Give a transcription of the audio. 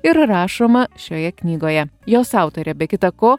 yra rašoma šioje knygoje jos autorė be kita ko